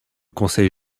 conseil